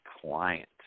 client